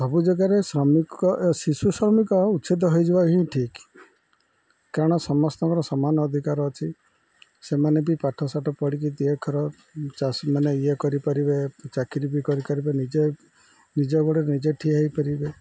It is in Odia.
ସବୁ ଜାଗାରେ ଶ୍ରମିକ ଶିଶୁ ଶ୍ରମିକ ଉଚ୍ଛେଦ ହେଇଯିବ ହିଁ ଠିକ କାରଣ ସମସ୍ତଙ୍କର ସମାନ ଅଧିକାର ଅଛି ସେମାନେ ବି ପାଠଶାଠ ପଢ଼ିକି ଦୁଇ ଅକ୍ଷର ଚାଷୀମାନେ ଇଏ କରିପାରିବେ ଚାକିରି ବି କରିପାରିବେ ନିଜେ ନିଜ ଗୋଡ଼ରେ ନିଜେ ଠିଆ ହୋଇପାରିବେ